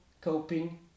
coping